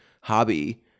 hobby